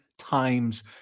times